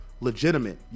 legitimate